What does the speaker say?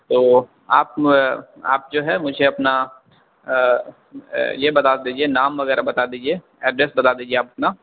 تو آپ آپ جو ہے مجھے اپنا یہ بتا دیجیے نام وغیرہ بتا دیجیے ایڈریس بتا دیجیے آپ اپنا